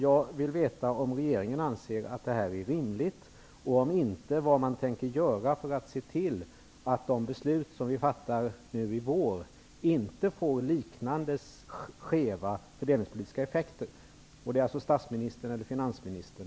Jag vill veta om regeringen anser att det här är rimligt, och om inte, vad man tänker göra för att se till att de beslut som vi fattar nu i vår inte får liknande skeva fördelningspolitiska effekter. Jag frågar statsministern eller finansministern.